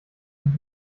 and